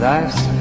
Life's